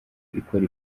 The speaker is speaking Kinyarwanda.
ikora